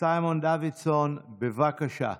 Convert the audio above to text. סימון דוידסון, בבקשה.